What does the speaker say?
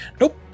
Nope